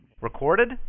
Recorded